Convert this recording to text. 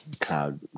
cloud